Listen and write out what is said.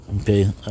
Okay